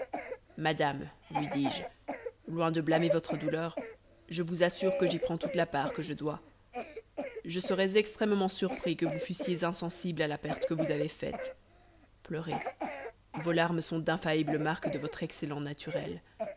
madame lui dis-je loin de blâmer votre douleur je vous assure que j'y prends toute la part que je dois je serais extrêmement surpris que vous fussiez insensible à la perte que vous avez faite pleurez vos larmes sont d'infaillibles marques de votre excellent naturel